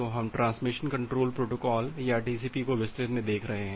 तो हम transmission control protocol या टीसीपी को विस्तृत में देख रहे हैं